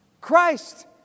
Christ